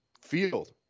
field